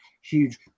huge